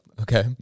Okay